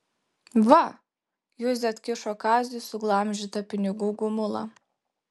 va juzė atkišo kaziui suglamžytą pinigų gumulą